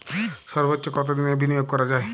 সর্বোচ্চ কতোদিনের বিনিয়োগ করা যায়?